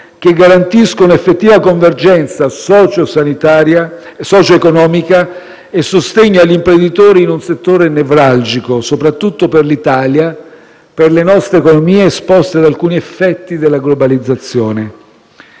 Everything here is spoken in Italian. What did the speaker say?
che garantiscono effettiva convergenza socio economica e sostegno agli imprenditori in un settore nevralgico, soprattutto per l'Italia e per le nostre economie esposte ad alcuni effetti della globalizzazione.